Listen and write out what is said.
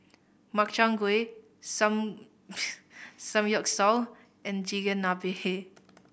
Makchang Gui Samgyeopsal and Chigenabe